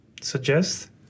suggest